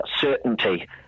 certainty